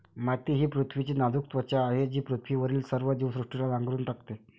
माती ही पृथ्वीची नाजूक त्वचा आहे जी पृथ्वीवरील सर्व जीवसृष्टीला नांगरून टाकते